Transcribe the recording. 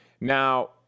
Now